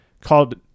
called